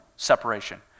Separation